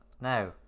Now